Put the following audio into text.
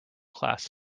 class